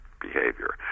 behavior